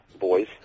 boys